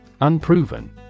Unproven